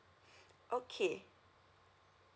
okay